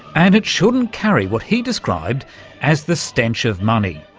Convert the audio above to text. and it shouldn't carry what he described as the stench of money,